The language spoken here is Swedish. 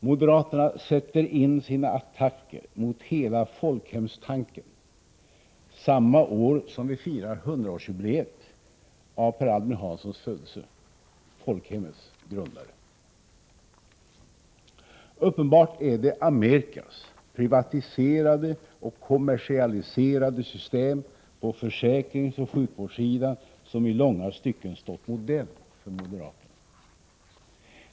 Moderaterna sätter in sina attacker mot hela folkhemstanken samma år som vi firar 100-årsminnet av Per Albin Hanssons födelse — folkhemmets grundare. Uppenbart har Amerikas privatiserade och kommersialiserade system på försäkringsoch sjukvårdssidan i långa stycken stått modell för moderaterna.